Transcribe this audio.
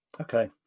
Okay